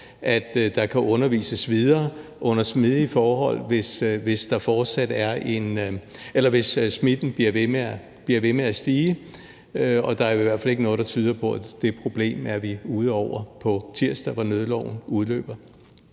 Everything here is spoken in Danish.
at der kan undervises videre under smidige forhold, hvis smitten bliver ved med at stige, og der er i hvert fald ikke noget, der tyder på, at vi er ude over det problem på tirsdag, hvor nødloven udløber.